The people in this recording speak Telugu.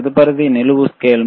తదుపరిదీ నిలువు స్కేల్